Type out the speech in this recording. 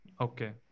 Okay